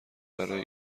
برای